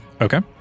Okay